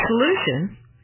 solution